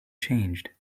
changed